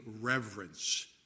reverence